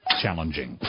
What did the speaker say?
Challenging